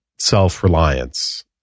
Self-reliance